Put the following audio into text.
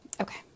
Okay